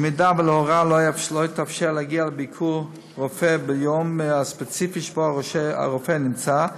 במידה שלהורה לא התאפשר להגיע לביקור רופא ביום הספציפי שבו הרופא נמצא,